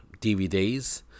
dvds